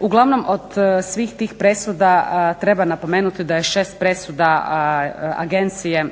Uglavnom od svih tih presuda treba napomenuti da je 6 presuda Agencije